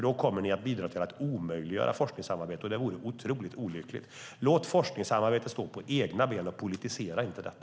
Då kommer ni att bidra till att omöjliggöra forskningssamarbete, och det vore otroligt olyckligt. Låt forskningssamarbetet stå på egna ben, och politisera inte detta!